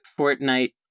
Fortnite